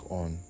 on